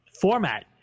format